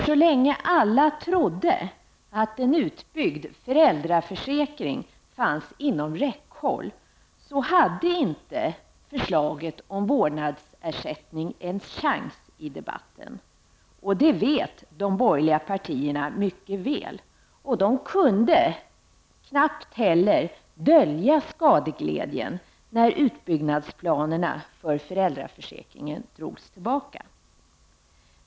Så länge alla trodde att en utbyggd föräldraförsäkring fanns inom räckhåll hade nämligen inte förslaget om vårdnadsersättning en chans i debatten. Det vet de borgerliga partierna mycket väl, och de kunde knappt heller dölja skadeglädjen när utbyggnadsplanerna för föräldraförsäkringen drogs tillbaka.